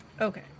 Okay